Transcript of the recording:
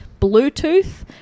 Bluetooth –